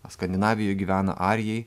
skandinavijoj gyvena arijai